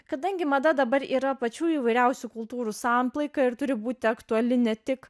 kadangi mada dabar yra pačių įvairiausių kultūrų samplaika ir turi būti aktuali ne tik